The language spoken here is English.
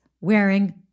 wearing